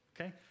okay